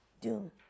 doom